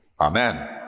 Amen